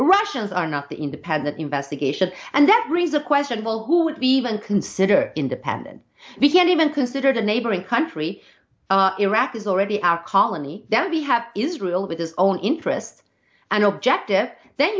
russians are not the independent investigation and that reason question well who even consider independent we can't even considered a neighboring country iraq is already our colony that we have israel with his own interests and objective then